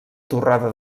torrada